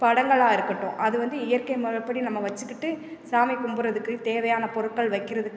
படங்களாக இருக்கட்டும் அது வந்து இயற்கை முறைப்படி நம்ம வச்சிக்கிட்டு சாமி கும்படுறதுக்கு தேவையான பொருட்கள் வைக்கறதுக்கு